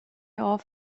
off